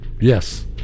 Yes